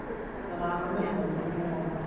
then i remember no more.